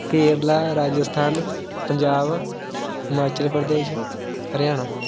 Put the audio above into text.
Kerala Rajasthan Punjab Himachal Pradesh Haryana